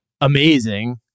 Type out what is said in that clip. amazing